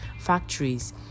factories